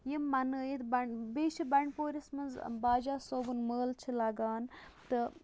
یِم مَنٲوِتھ بنٛڈ بیٚیہِ چھِ بَنٛڈپوٗرِس منٛز باجا صٲبُن مٲلہٕ چھ لَگان تہٕ